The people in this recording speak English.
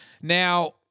Now